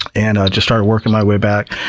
and i just started working my way back.